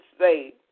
say